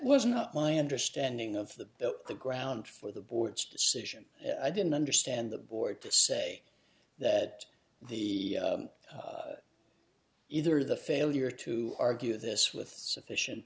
was not my understanding of the the ground for the board's decision i didn't understand the board to say that the either the failure to argue this with sufficient